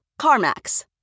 CarMax